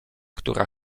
która